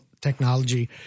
technology